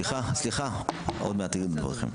סליחה, עוד מעט תגידו את דבריכם.